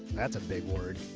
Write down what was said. that's a big word.